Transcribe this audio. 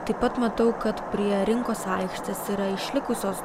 taip pat matau kad prie rinkos aikštės yra išlikusios